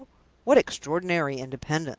what extraordinary independence!